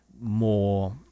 more